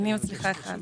אני מצליחה אחד.